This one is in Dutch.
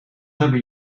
hebben